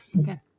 Okay